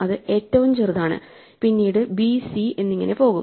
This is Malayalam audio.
അത് ഏറ്റവും ചെറുതാണ് പിന്നീട് ബി സി എന്നിങ്ങനെ പോകും